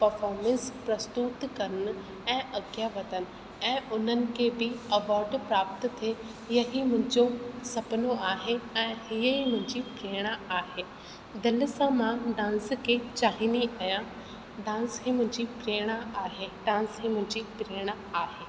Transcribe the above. performance प्रस्तुत कनि ऐं अॻियां वधनि ऐं उन्हनि खे बि अवॉर्ड प्राप्त थिए यही मुंहिंजो सुपिनो आहे ऐं हीअ ई मुंहिंजी प्रेणा आहे दिलि सां मां डांस खे चाहींदी आहियां डांस ई मुंहिंजी प्रेणा आहे डांस ई मुंहिंजी प्रेणा आहे